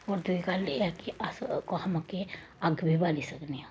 होर दुई गल्ल एह् ऐ कि अस कुसै मोकै अग्ग बी बाली सकने आं